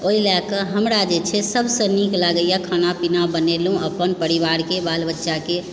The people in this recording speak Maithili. ओहि लए कऽ हमरा जे छै सबसँ नीक लगैए खाना पीना बनेलहुँ अपन परिवारके बाल बच्चाकेँ